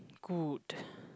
good